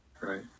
Right